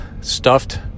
stuffed